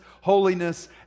holiness